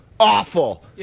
Awful